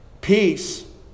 Peace